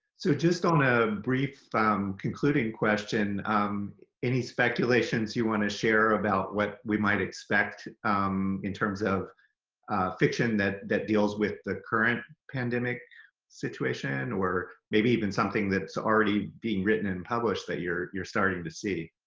so just on a brief um concluding question any speculations you want to share about what we might expect in terms of fiction that that deals with the current pandemic situation or maybe even something that's already being written and published that you're you're starting to see?